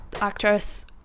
actress